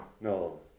no